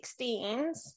16s